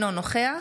אינו נוכח